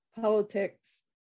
politics